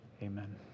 Amen